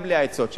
גם בלי העצות שלך.